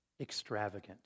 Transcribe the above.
extravagant